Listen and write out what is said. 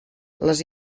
les